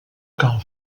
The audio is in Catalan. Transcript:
cal